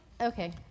Okay